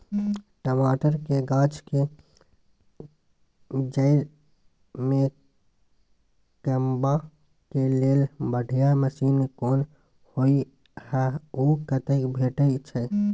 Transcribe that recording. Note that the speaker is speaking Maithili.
टमाटर के गाछ के जईर में कमबा के लेल बढ़िया मसीन कोन होय है उ कतय भेटय छै?